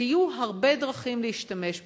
שיהיו הרבה דרכים להשתמש בכך.